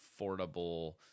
affordable